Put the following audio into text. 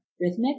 rhythmic